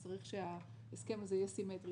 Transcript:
אז צריך שההסכם הזה יהיה סימטרי.